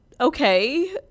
Okay